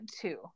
two